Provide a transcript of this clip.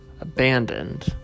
abandoned